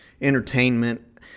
entertainment